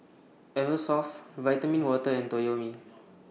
Eversoft Vitamin Water and Toyomi